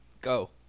go